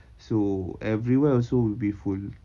so everywhere also will be full